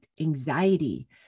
anxiety